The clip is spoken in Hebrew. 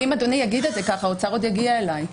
אם אדוני יגיד את זה ככה, האוצר עוד יגיע אליי.